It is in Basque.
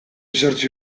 zortzi